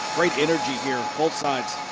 great energy here, both sides.